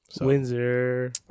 Windsor